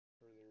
further